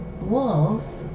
walls